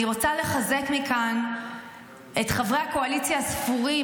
אני רוצה לחזק מכאן את חברי הקואליציה הספורים